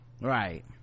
right